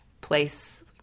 place